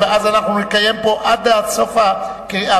ואז אנחנו נקיים פה עד סוף הכנסת,